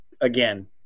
again